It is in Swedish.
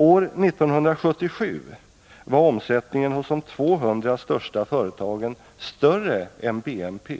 År 1977 var omsättningen hos de 200 största företagen större än BNP